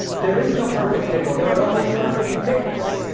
there is no perfect pickle there are only perfect pickles.